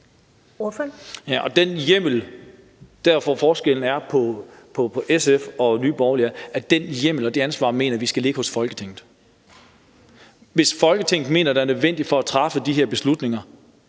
(NB): Der, hvor forskellen er på SF og Nye Borgerlige, er, at den hjemmel og det ansvar mener vi skal ligge hos Folketinget. Hvis Folketinget mener, det er nødvendigt for at træffe de her beslutninger,